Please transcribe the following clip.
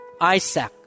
Isaac